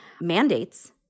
mandates